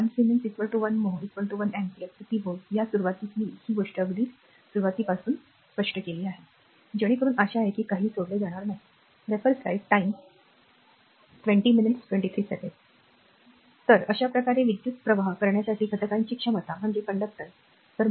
1 siemens 1 mho 1 ampere प्रति volt या सुरूवातीस मी ही गोष्ट अगदी सुरुवातीपासूनच सुरु केली आहे जेणेकरून आशा आहे की काहीही सोडले जाणार नाही तर अशा प्रकारे विद्युत् प्रवाह करण्यासाठी घटकांची क्षमता म्हणजे आचरण